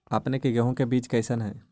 अपने के गेहूं के बीज कैसन है?